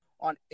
on